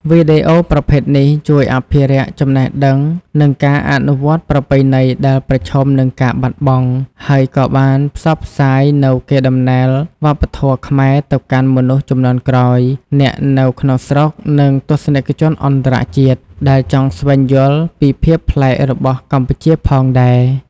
វីដេអូប្រភេទនេះ ជួយអភិរក្ស ចំណេះដឹង និងការអនុវត្តប្រពៃណីដែលប្រឈមនឹងការបាត់បង់ ហើយក៏បានផ្សព្វផ្សាយនូវកេរដំណែលវប្បធម៌ខ្មែរទៅកាន់មនុស្សជំនាន់ក្រោយ អ្នកនៅក្នុងស្រុក និង ទស្សនិកជនអន្តរជាតិ ដែលចង់ស្វែងយល់ពីភាពប្លែករបស់កម្ពុជាផងដែរ។